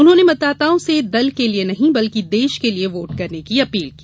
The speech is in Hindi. उन्होंने मतदाताओं से दल के लिये नहीं बल्कि देश के लिये वोट करने की अपील की